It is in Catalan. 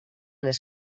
les